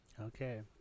Okay